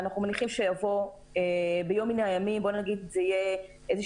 ואנחנו מניחים שיבוא ביום מן הימים בואו נגיד שזו תהיה איזו